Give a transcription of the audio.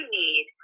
need